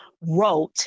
wrote